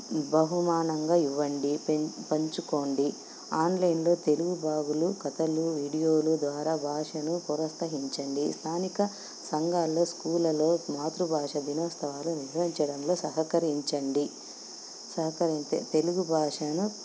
బహుమానంగా ఇవ్వండి పె పంచుకోండి ఆన్లైన్లో తెలుగు భాగులు కథలు వీడియోలు ద్వారా భాషను ప్రోత్సహించండి స్థానిక సంఘల్లో స్కూలలో మాతృభాష దినోత్సవాలు నిర్వహించడంలో సహకరించండి సహకరించే తెలుగు భాషను